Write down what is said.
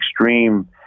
extreme